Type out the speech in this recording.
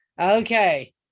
okay